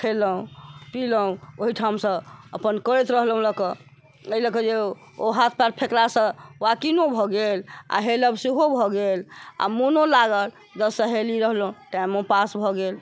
खेलहुँ पिलहुँ ओहीठामसँ अपन करैत रहलहुँ लए कऽ एहि लऽ कऽ जे ओ हाथ पएर फेकलासँ वाकिंगो भऽ गेल आ हेलब सेहो भऽ गेल आ मोनो लागल दस सहेली रहलहुँ टाइमो पास भऽ गेल